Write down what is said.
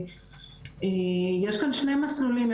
יש כאן שני מסלולים,